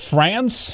France